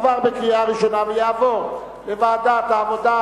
עברה בקריאה ראשונה ותעבור לוועדת העבודה,